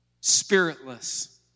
Spiritless